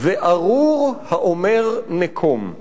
"וארור האומר: נקום!